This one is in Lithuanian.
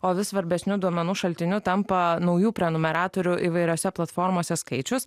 o vis svarbesniu duomenų šaltiniu tampa naujų prenumeratorių įvairiose platformose skaičius